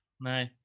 No